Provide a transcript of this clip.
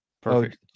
perfect